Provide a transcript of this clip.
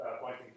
pointing